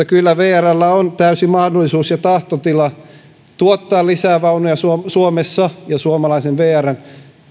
kyllä vrllä on täysi mahdollisuus ja tahtotila tuottaa lisää vaunuja suomessa ja suomalaisen vrn